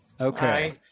Okay